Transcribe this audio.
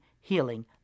healing